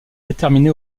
déterminé